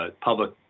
Public